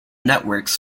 networks